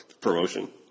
promotion